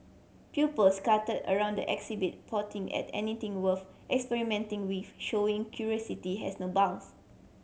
pupil scatter around the exhibit potting at anything worth experimenting with showing curiosity has no bounds